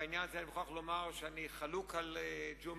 בעניין הזה אני מוכרח לומר שאני חלוק על ג'ומס